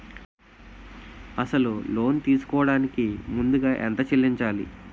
అసలు లోన్ తీసుకోడానికి ముందుగా ఎంత చెల్లించాలి?